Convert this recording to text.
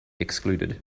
excluded